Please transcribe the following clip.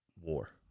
war